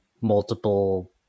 multiple